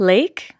Lake